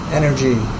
energy